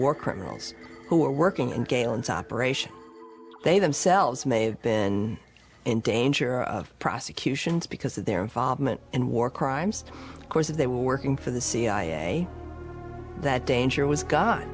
war criminals who were working and galen's operation they themselves may have been in danger of prosecutions because of their involvement in war crimes of course they were working for the cia that danger was go